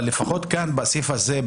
אבל לפחות כאן בסעיף זה,